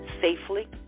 safely